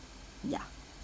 yeah